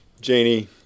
Janie